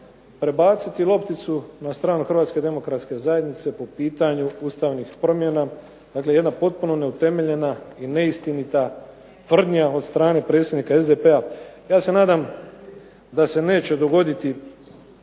prebaciti lopticu na stranu HDZ-a po pitanju ustavnih promjena. Dakle jedan potpuno neutemeljena i neistinita tvrdnja od strane predsjednika SDP-a. Ja se nadam da se neće dogoditi